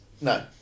No